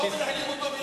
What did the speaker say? תשמעו.